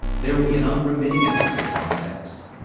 there will be an unremitting emphasis on sex.